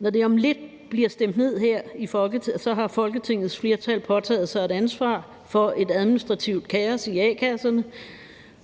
Når det om lidt bliver stemt ned her, har Folketingets flertal påtaget sig et ansvar for et administrativt kaos i a-kasserne,